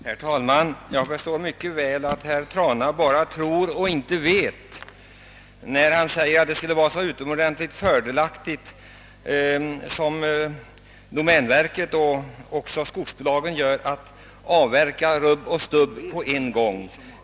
Herr talman! Jag förstår mycket väl att herr Trana bara tror och inte vet. Han säger att det skulle vara så utomordentligt fördelaktigt att göra som domänverket och skogsbolagen, nämligen. avverka rubb och stubb på en gång.